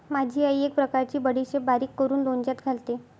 माझी आई एक प्रकारची बडीशेप बारीक करून लोणच्यात घालते